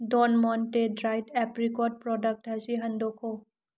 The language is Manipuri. ꯗꯣꯟ ꯃꯣꯟꯇꯦ ꯗ꯭ꯔꯥꯏꯠ ꯑꯦꯄ꯭ꯔꯤꯀꯣꯠ ꯄ꯭ꯔꯣꯗꯛ ꯑꯁꯤ ꯍꯟꯗꯣꯛꯈꯣ